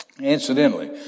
Incidentally